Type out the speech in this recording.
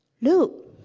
Look